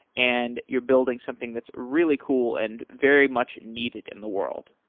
and you're building something that's really cool and very much needed in the world.